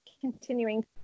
continuing